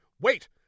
wait